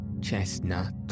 chestnut